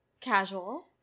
Casual